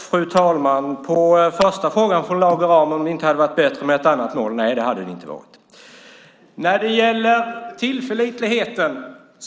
Fru talman! På den första frågan från Lage Rahm om det inte hade varit bättre med ett annat mål är svaret: Nej, det hade det inte varit. När det gäller tillförlitligheten